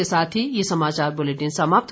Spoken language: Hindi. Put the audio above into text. इसी के साथ ये समाचार बुलेटिन समाप्त हुआ